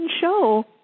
show